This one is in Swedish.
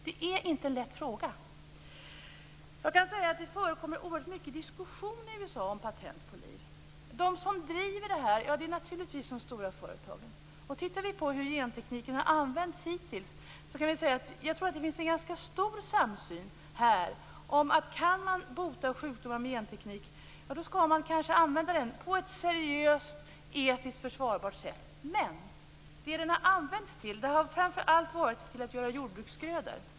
Det är inte en lätt fråga. Det förekommer oerhört mycket diskussion i USA om patent på liv. De som driver det här är naturligtvis de stora företagen. Jag tror att det finns en ganska stor samsyn om att kan man bota sjukdomar med hjälp av genteknik skall man kanske använda den, på ett seriöst etiskt försvarbart sätt. Men den har framför allt använts till att göra jordbruksgrödor.